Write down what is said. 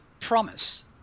promise